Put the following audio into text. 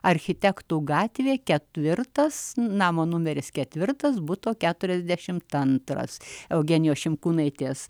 architektų gatvė ketvirtas namo numeris ketvirtas buto keturiasdešim antras eugenijos šimkūnaitės